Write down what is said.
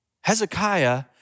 Hezekiah